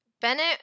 Bennett